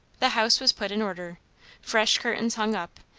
the house was put in order fresh curtains hung up,